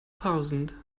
thousand